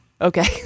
Okay